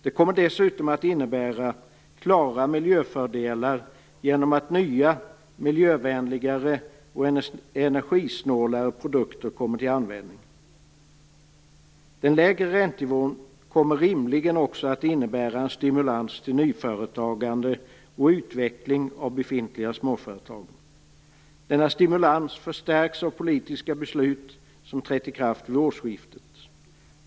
Det kommer dessutom att innebära klara miljöfördelar genom att nya miljövänligare och energisnålare produkter kommer till användning. Den lägre räntenivån kommer rimligen också att innebära en stimulans till nyföretagande och utveckling av befintliga småföretag. Denna stimulans förstärks av politiska beslut som trätt i kraft vid årsskiftet.